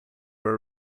were